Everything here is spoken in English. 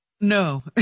No